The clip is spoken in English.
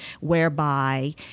whereby